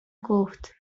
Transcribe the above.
گفت